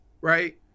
right